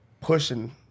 Pushing